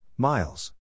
Miles